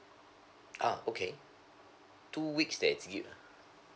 ah okay two weeks that's it ah